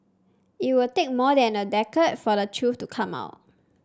it would take more than a decade for the truth to come out